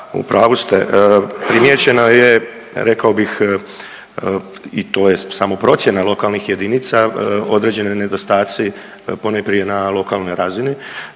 u pravu ste. Primijećeno je rekao bih i to je samo procjena lokalnih jedinica određeni nedostaci ponajprije na lokalnoj razini.